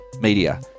media